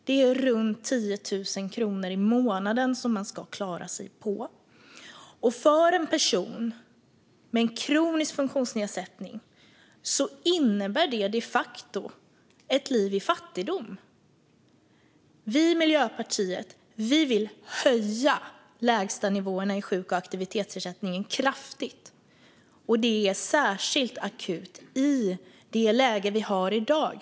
Det är runt 10 000 kronor i månaden som man ska klara sig på. För en person med kronisk funktionsnedsättning innebär det de facto ett liv i fattigdom. Vi i Miljöpartiet vill höja lägstanivåerna i sjuk och aktivitetsersättningen kraftigt, och det är särskilt akut i det läge vi har i dag.